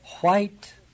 white